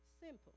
Simple